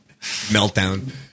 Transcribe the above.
Meltdown